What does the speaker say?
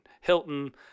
Hilton